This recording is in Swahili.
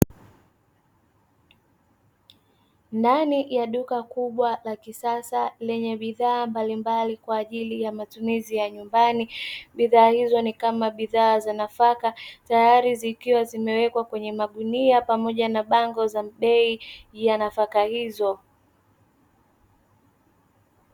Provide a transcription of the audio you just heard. Ndani ya duka kubwa la kisasa lenye bidhaa mbalimbali kwajili ya matumizi ya nyumbani. Bidhaa hizo ni kama bidhaa za nafaka tayati zikiwa zimewekwa kwenye magunia pamoja na bango za bei ya nafaka hizo